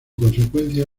consecuencia